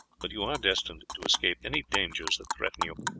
but you are destined to escape any dangers that threaten you.